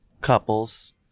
couples